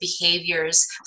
behaviors